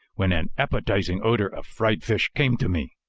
when an appetizing odor of fried fish came to me.